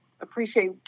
appreciate